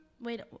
wait